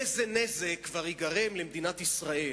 איזה נזק כבר ייגרם למדינת ישראל